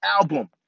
album